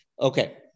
Okay